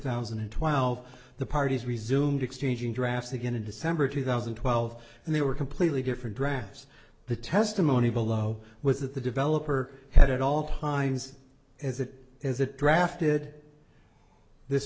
thousand and twelve the parties resumed exchanging drafts again in december two thousand and twelve and they were completely different brands the testimony below was that the developer had at all times as it is it drafted this